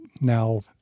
Now